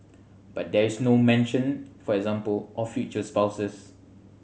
but there is no mention for example of future spouses